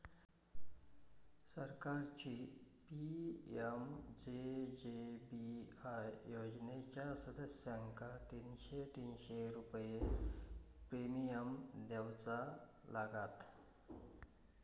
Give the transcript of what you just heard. सरकारची पी.एम.जे.जे.बी.आय योजनेच्या सदस्यांका तीनशे तीनशे रुपये प्रिमियम देऊचा लागात